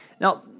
Now